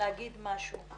להגיד משהו.